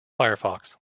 firefox